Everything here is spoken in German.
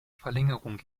verlängerung